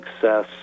success